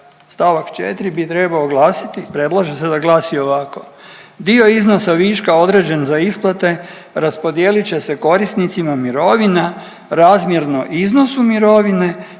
stavak 4. bi trebao glasiti, predlaže se da glasi ovako: Dio iznosa viška određen za isplate raspodijelit će se korisnicima mirovina razmjerno iznosu mirovine,